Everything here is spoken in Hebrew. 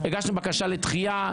רבותיי,